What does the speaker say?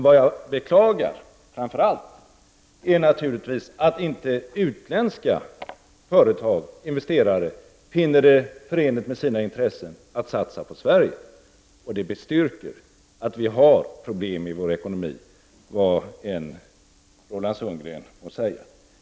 Vad som framför allt oroar är att utländska investerare inte finner det förenligt med sina intressen att satsa på Sverige. Det bestyrker att vi har problem i vår ekonomi vad än Roland Sundgren må säga.